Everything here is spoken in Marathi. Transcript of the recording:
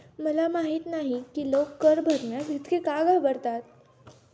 मला माहित नाही की लोक कर भरण्यास इतके का घाबरतात